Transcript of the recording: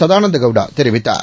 சதானந்த கவுடா தெரிவித்தார்